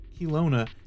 Kelowna